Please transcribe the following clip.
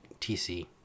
TC